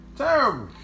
Terrible